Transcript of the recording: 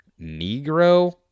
Negro